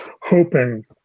hoping